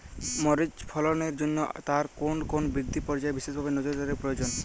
মরিচ ফলনের জন্য তার কোন কোন বৃদ্ধি পর্যায়ে বিশেষ নজরদারি প্রয়োজন?